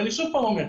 ואני שוב פעם אומר,